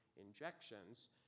injections